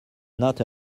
not